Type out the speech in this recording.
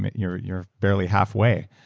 you're you're barely halfway,